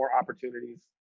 opportunities